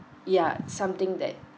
ya something that